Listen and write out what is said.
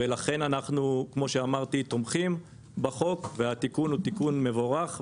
לכן אנחנו תומכים בחוק, והתיקון הוא תיקון מבורך.